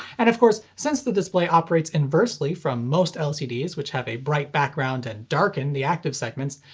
and of course, since the display operates inversely from most lcds which have a bright background and darken the active segments,